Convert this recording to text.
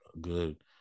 good